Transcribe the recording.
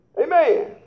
Amen